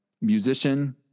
musician